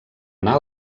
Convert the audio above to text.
anar